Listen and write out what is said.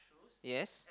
yes